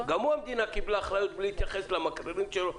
גם לגביו המדינה קיבלה החלטה בלי להתייחס למקררים שלו,